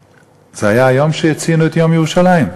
זה היה היום שציינו את יום ירושלים?